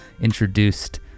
introduced